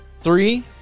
Three